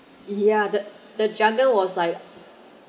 ya the the jargon was like